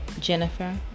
Jennifer